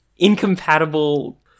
incompatible